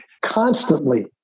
constantly